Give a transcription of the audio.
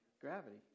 Gravity